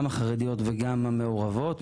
גם החרדיות וגם המעורבות.